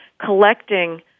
collecting